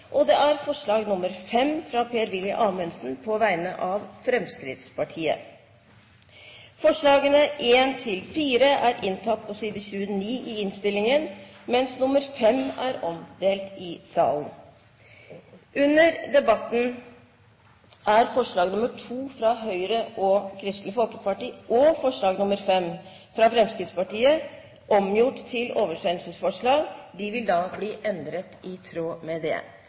av Kristelig Folkeparti forslag nr. 5, fra Per-Willy Amundsen på vegne av Fremskrittspartiet Forslagene nr. 1–4 er inntatt på side 29 i innstillingen, mens forslag nr. 5 er omdelt i salen. Under debatten er forslag nr. 2, fra Høyre og Kristelig Folkeparti, og forslag nr. 5, fra Fremskrittspartiet, omgjort til oversendelsesforslag, og de vil bli endret i tråd med det.